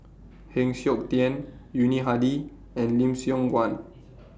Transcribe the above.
Heng Siok Tian Yuni Hadi and Lim Siong Guan